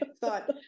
thought